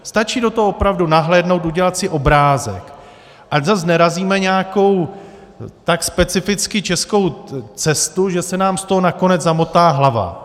Stačí do toho opravdu nahlédnout, udělat si obrázek, ať zas nerazíme nějakou tak specificky českou cestu, že se nám z toho nakonec zamotá hlava.